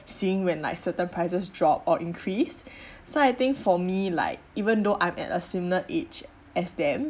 seeing when like certain prices drop or increase so I think for me like even though I'm at a similar age as them